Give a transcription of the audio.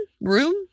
room